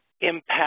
impact